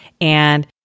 and-